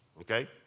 okay